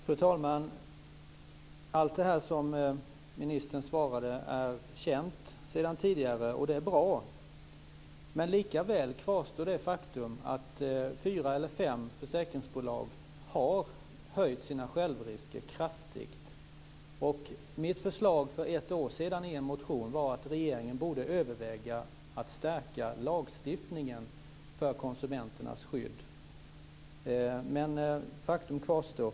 Fru talman! Allt det som ministern tog upp är känt sedan tidigare, och det är bra. Men likväl kvarstår det faktum att fyra eller fem försäkringsbolag har höjt sina självrisker kraftigt. Mitt förslag i en motion för ett år sedan var att regeringen borde överväga att stärka lagstiftningen för konsumenternas skydd. Men faktum kvarstår.